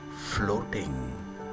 floating